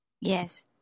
Yes